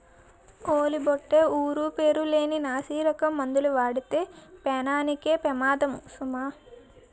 ఓలి బొట్టే ఊరు పేరు లేని నాసిరకం మందులు వాడితే పేనానికే పెమాదము సుమా